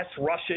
Russia